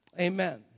Amen